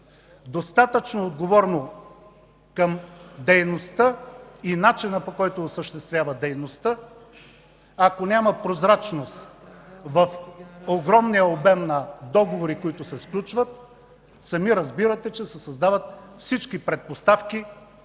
достатъчно отговорно към дейността и начина, по който осъществява дейността, ако няма прозрачност в огромния обем на договорите, които се сключват, сами разбирате, че се създават всички предпоставки